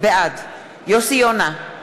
בעד יוסי יונה,